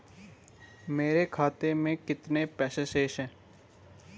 मेरे खाते में कितने पैसे शेष हैं?